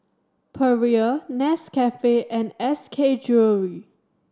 Perrier Nescafe and S K Jewellery